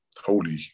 holy